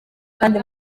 kandi